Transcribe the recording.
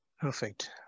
Perfect